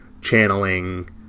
channeling